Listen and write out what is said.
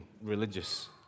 religious